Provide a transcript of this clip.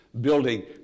building